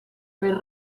més